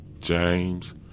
James